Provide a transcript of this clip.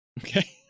okay